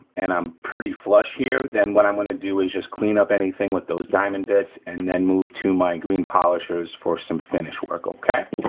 and i'm pretty flush here, then what i'm gonna do is just clean up anything with those diamond bits and then move to my green polishers for some finish work, okay?